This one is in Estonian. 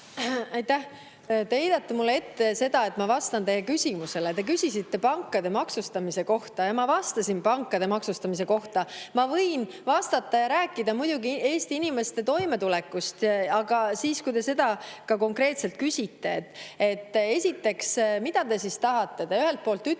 Te heidate mulle ette seda, et ma vastan teie küsimusele. Te küsisite pankade maksustamise kohta ja ma vastasin pankade maksustamise kohta. Ma võin rääkida muidugi Eesti inimeste toimetulekust, aga siis, kui te selle kohta ka konkreetselt küsite. Mida te tahate? Te ütlete,